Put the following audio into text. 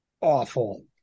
awful